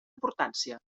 importància